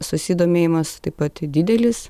susidomėjimas taip pat didelis